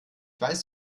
weiß